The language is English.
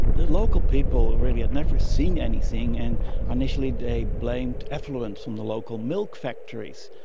the local people really had never seen anything, and ah initially they blamed effluent from the local milk factories.